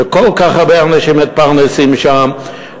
שכל כך הרבה אנשים מתפרנסים שם,